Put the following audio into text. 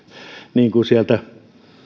niin kuin sieltä